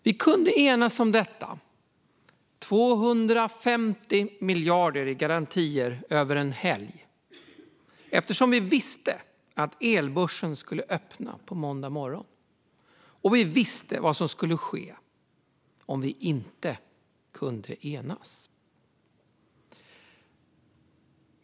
Vi kunde enas om detta - 250 miljarder i garantier - över en helg eftersom vi visste att elbörsen skulle öppna på måndag morgon och vi visste vad som skulle ske om vi inte kunde enas.